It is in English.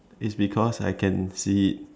it's because I can see it